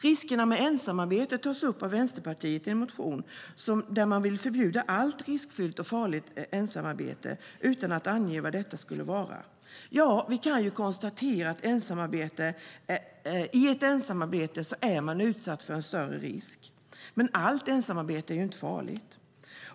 Riskerna med ensamarbete tas upp av Vänsterpartiet i en motion. Man vill förbjuda allt riskfyllt och farligt ensamarbete utan att ange vad detta skulle vara. Ja, vi kan konstatera att man i ett ensamarbete är utsatt för en större risk. Men allt ensamarbete är inte farligt.